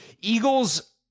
Eagles